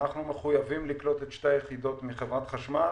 אנחנו מחויבים לקלוט את שתי היחידות מחברת החשמל,